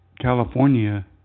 California